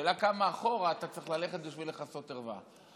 השאלה כמה אחורה אתה צריך ללכת בשביל לכסות ערווה.